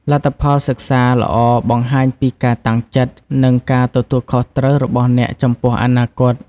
លទ្ធផលសិក្សាល្អបង្ហាញពីការតាំងចិត្ត និងការទទួលខុសត្រូវរបស់អ្នកចំពោះអនាគត។